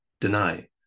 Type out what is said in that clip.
deny